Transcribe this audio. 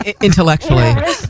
Intellectually